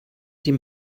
dem